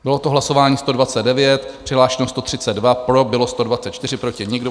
Bylo to hlasování číslo 129, přihlášeno 132, pro bylo 124, proti nikdo.